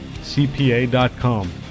CPA.com